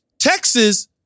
Texas